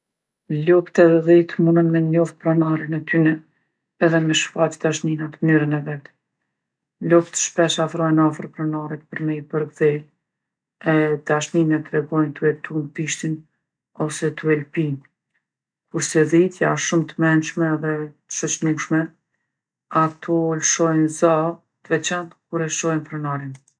Loptë edhe dhitë munën me njoftë pronarin e tyne edhe me shfaq dashninë n'atë mënyrën e vet. Loptë shpesh afrohen afër pronarit për me i perkdhelë e dashninë e tregojnë tu e tund bishtin ose tu e lpi. Kurse dhitë janë shumë t'mençme edhe t'shoqnushme, ato lshojnë za t'veçantë kur e shohin pronarin.